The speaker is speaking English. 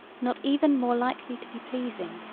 not even more likely to be pleasing.